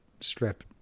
strip